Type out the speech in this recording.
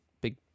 big